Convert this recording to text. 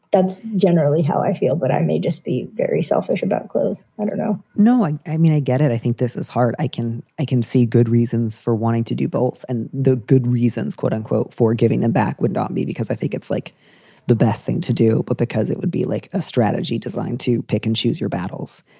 that's generally how i feel. but i may just be very selfish about clothes and or no knowing i mean, i get it. i think this is hard. i can i can see good reasons for wanting to do both. and the good reasons, quote unquote, for giving them back would not be because i think it's like the best thing to do, but because it would be like a strategy designed to pick and choose your battles.